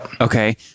Okay